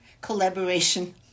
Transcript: collaboration